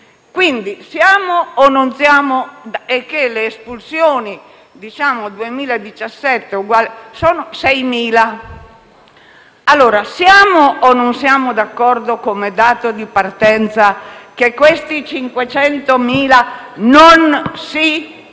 6.000. Siamo o non siamo d'accordo, come dato di partenza, che questi 500.000 non si